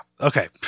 Okay